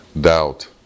doubt